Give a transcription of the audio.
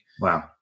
Wow